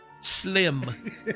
Slim